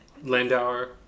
Landauer